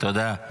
תודה.